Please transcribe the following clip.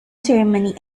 ceremony